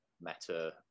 meta